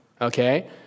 okay